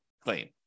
claim